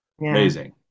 amazing